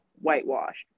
whitewashed